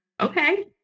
Okay